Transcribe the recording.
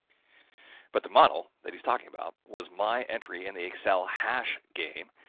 but the model, that he's talking about was my entry in the excel hash game,